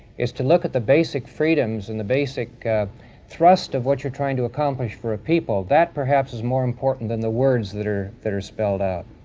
to look at the basic freedoms and the basic thrust of what you're trying to accomplish for a people. that, perhaps, is more important than the words that are that are spelled out.